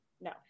no